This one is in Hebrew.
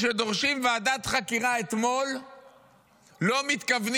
כשדורשים ועדת חקירה אתמול לא מתכוונים